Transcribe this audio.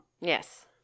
Yes